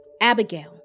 Abigail